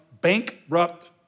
bankrupt